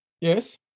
yes